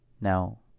Now